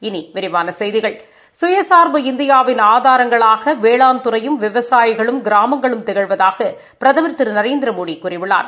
இனி விரிவான செய்திகள் கயள்பு இந்தியாவின் ஆதரங்களாக வேளாண்துறையும் விவசாயிகளும் கிராமங்களும் திகழ்வதாக பிரதமா் திரு நரேந்திரமோடி கூறியுள்ளார்